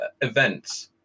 events